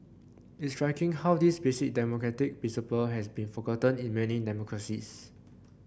it's striking how this basic democratic principle has been forgotten in many democracies